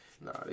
Nah